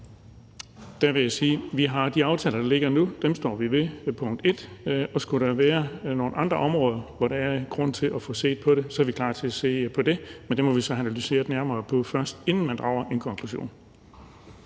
Der vil jeg sige, at vi har de aftaler, der ligger nu, og dem står vi ved. Og skulle der være nogle andre områder, hvor der er grund til at få set på det, så er vi klar til at se på det, men det må vi så have analyseret nærmere på, inden der drages en konklusion.